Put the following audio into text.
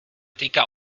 týká